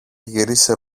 γύρισε